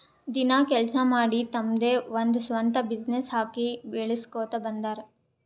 ದಿನ ಕೆಲ್ಸಾ ಮಾಡಿ ತಮ್ದೆ ಒಂದ್ ಸ್ವಂತ ಬಿಸಿನ್ನೆಸ್ ಹಾಕಿ ಬೆಳುಸ್ಕೋತಾ ಬಂದಾರ್